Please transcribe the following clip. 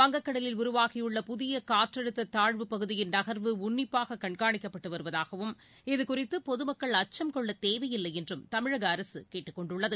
வங்கக்கடலில் உருவாகியுள்ள புதியகாற்றழுத்ததாழ்வுப் பகுதியின் நகர்வு உன்னிப்பாககண்காணிக்கப்பட்டுவருவதாகவும் கொள்ளத் இதுகுறித்துபொதுமக்கள் அச்சம் தேவையில்லைஎன்றும் தமிழகஅரசுகேட்டுக் கொண்டுள்ளது